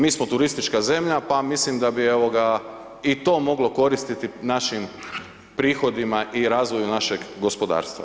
Mi smo turistička zemlja pa mislim da bi evo ga i to moglo koristiti našim prihodima i razvoju našeg gospodarstva.